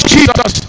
Jesus